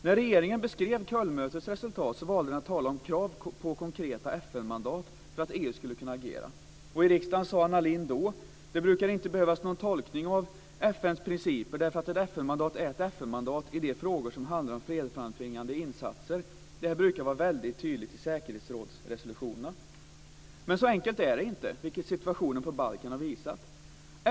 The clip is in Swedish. När regeringen skrev Kölnmötets resultat valde man att tala om krav på konkreta FN-mandat för att EU skulle kunna agera. I riksdagen sade Anna Lindh då: "Det brukar inte behövas någon tolkning av FN:s principer därför att ett FN-mandat är ett FN-mandat i de frågor som handlar om fredsframtvingande insatser. Det här brukar vara väldigt tydligt i säkerhetsrådsresolutionerna." Men så enkelt är det inte, vilket situationen på Balkan har visat.